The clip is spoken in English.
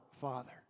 Father